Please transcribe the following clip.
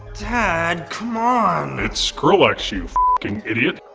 dad, come on. it's skrillex, you idiot.